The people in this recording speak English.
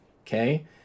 okay